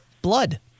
blood